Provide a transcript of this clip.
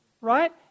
Right